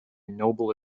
noble